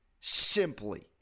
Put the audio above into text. simply